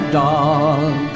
dog